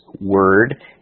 word